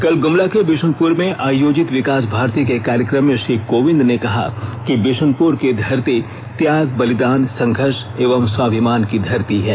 कल गुमला के बिशुनपुर में आयोजित विकास भारती के कार्यकम में श्री कोविंद ने कहा कि बिशुनपुर की धरती त्याग बलिदान संघर्ष एवं स्वाभिमान की धरती है